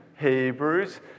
Hebrews